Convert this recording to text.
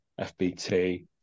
FBT